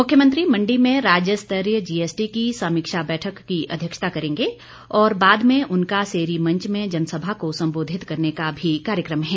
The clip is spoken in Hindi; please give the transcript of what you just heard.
मुख्यमंत्री मंडी में राज्यस्तरीय जीएसटी की समीक्षा बैठक की अध्यक्षता करेंगे और बाद में उनका सेरी मंच में जनसभा को संबोधित करने का भी कार्यक्रम है